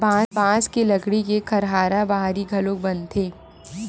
बांस के लकड़ी के खरहारा बाहरी घलोक बनथे